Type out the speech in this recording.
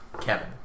Kevin